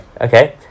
okay